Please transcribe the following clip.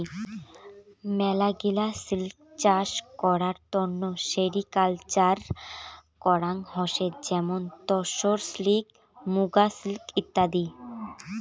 মেলাগিলা সিল্ক চাষ করার তন্ন সেরিকালকালচার করাঙ হসে যেমন তসর সিল্ক, মুগা সিল্ক ইত্যাদি